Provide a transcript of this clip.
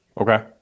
Okay